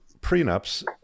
prenups